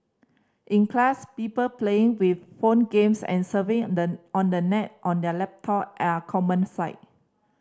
in class people playing with phone games and serving the on the net on their laptop are a common sight